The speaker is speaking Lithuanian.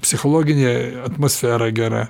psichologinė atmosfera gera